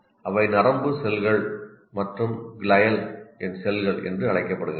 அவை நரம்பு செல்கள் மற்றும் கிளைல் செல்கள் என்று அழைக்கப்படுகின்றன